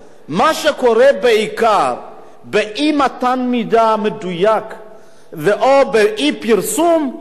מה שקורה בעיקר באי-מתן מידע מדויק או באי-פרסום הוא שיש